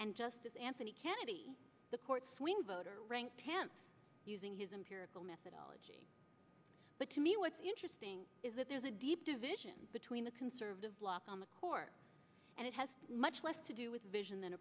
and justice anthony kennedy the court swing voter tant using his empirical methodology but to me what's interesting is that there's a deep division tween the conservative bloc on the court and it has much less to do with vision than